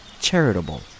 charitable